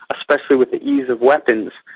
especially with the ease of weapons,